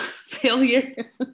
Failure